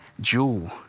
jewel